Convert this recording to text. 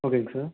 ஓகேங்க சார்